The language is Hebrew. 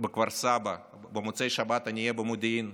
בכפר סבא, ובמוצאי שבת אני אהיה במודיעין.